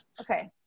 Okay